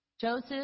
Joseph